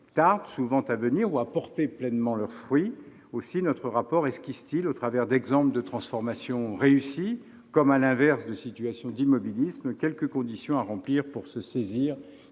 tardent souvent à venir ou à porter pleinement leurs fruits. Aussi notre rapport esquisse-t-il, au travers d'exemples de transformations réussies comme, à l'inverse, de situations d'immobilisme, quelques conditions à remplir pour se saisir